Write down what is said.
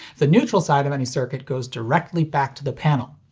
the neutral side of any circuit goes directly back to the panel.